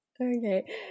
Okay